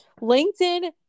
LinkedIn